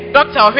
Doctor